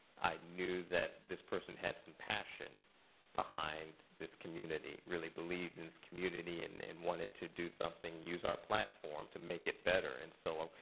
i knew that this person had some passion behind this community. really believed in this community and wanted to do something, use our platform to make it better. and so,